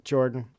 Jordan